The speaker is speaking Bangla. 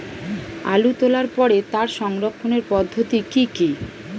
আলু তোলার পরে তার সংরক্ষণের পদ্ধতি কি কি?